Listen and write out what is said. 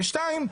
ושתיים,